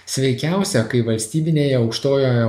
sveikiausia kai valstybinėje aukštojoje